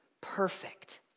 perfect